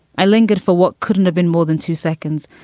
i lingered for what couldn't have been more than two seconds,